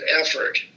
effort